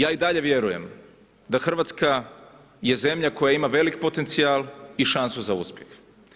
Ja i dalje vjerujem da Hrvatske je zemlja koja ima velik potencijal i šansu za uspjeh.